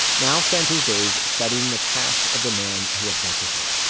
now spends his days studying the past of the man who abducted her